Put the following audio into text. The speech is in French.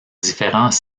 différents